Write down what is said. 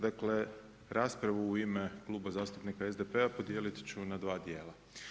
Dakle, raspravu u ime Kluba zastupnika SDP-a podijeliti ću na 2 dijela.